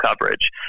coverage